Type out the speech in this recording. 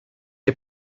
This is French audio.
est